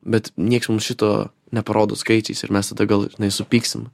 bet nieks mums šito neparodo skaičiais ir mes tada gal žinai supyksim